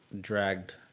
dragged